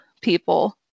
people